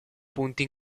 punti